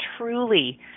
truly